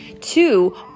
Two